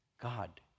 God